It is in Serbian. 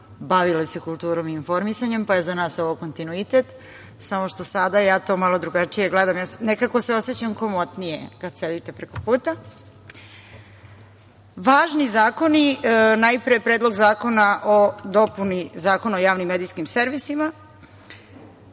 bavile se kulturom i informisanjem, pa je za nas ovo kontinuitet, samo što sada ja to malo drugačije gledam, nekako se osećam komotnije kad sedite preko puta. Važni zakoni, najpre Predlog zakona o dopuni Zakona o javnim medijskim servisima.